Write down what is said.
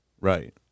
Right